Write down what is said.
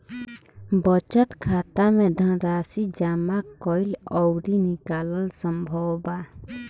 बचत खाता में धनराशि जामा कईल अउरी निकालल संभव बा